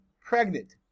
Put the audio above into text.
pregnant